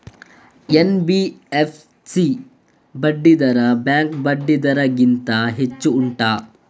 NBFC ಬಡ್ಡಿ ದರ bank ಬಡ್ಡಿ ದರ ಗಿಂತ ಹೆಚ್ಚು ಉಂಟಾ